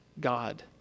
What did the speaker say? God